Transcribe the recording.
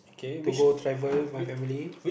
to go travel with my family